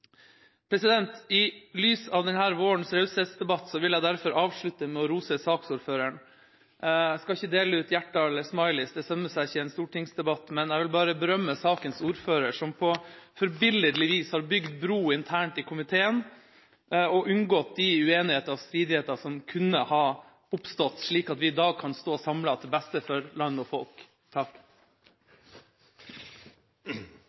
I lys av denne vårens raushetsdebatt vil jeg derfor avslutte med å rose saksordføreren. Jeg skal ikke dele ut hjerter eller «smilies» – det sømmer seg ikke i en stortingsdebatt – men jeg vil bare berømme sakens ordfører, som på forbilledlig vis har bygd bro internt i komiteen og unngått de uenigheter og stridigheter som kunne ha oppstått, slik at vi i dag kan stå samlet, til beste for land og folk.